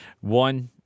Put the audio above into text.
One